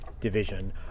division